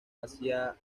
hacia